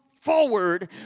forward